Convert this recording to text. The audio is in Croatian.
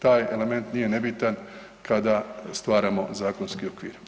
Taj element nije nebitan kada stvaramo zakonski okvir.